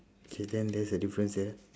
okay then there's a difference there